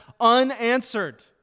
unanswered